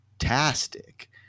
fantastic